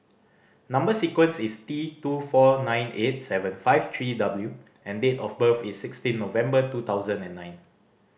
number sequence is T two four nine eight seven five three W and date of birth is sixteen November two thousand and nine